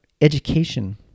education